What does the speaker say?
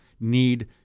need